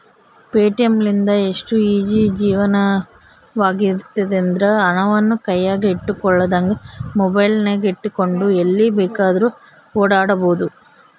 Paytm ಲಿಂದ ಎಷ್ಟು easy ಜೀವನವಾಗೆತೆಂದ್ರ, ಹಣವನ್ನು ಕೈಯಗ ಇಟ್ಟುಕೊಳ್ಳದಂಗ ಮೊಬೈಲಿನಗೆಟ್ಟುಕೊಂಡು ಎಲ್ಲಿ ಬೇಕಾದ್ರೂ ಓಡಾಡಬೊದು